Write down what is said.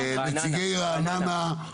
נציגי רעננה.